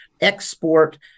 export